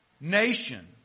nation